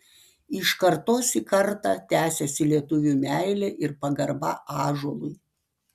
iš kartos į kartą tęsiasi lietuvių meilė ir pagarba ąžuolui